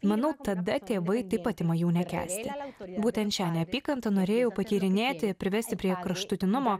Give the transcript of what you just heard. manau tada tėvai taip pat ima jų nekęsti būtent šią neapykantą norėjau patyrinėti privesti prie kraštutinumo